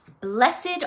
Blessed